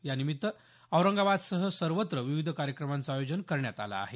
यानिमित्त औरंगाबादसह सर्वत्र विविध कार्यक्रमांचं आयोजन करण्यात आलं आहे